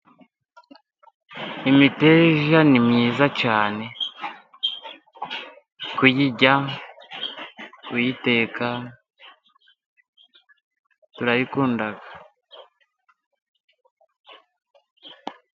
Imiteja ni myiza cyane kuyirya, kuyiteka, turayikunda.